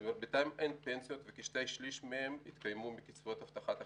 למרביתם אין פנסיות וכשני-שלישים מהם התקיימו מקצבאות הבטחת הכנסה.